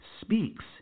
speaks